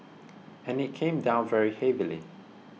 and it came down very heavily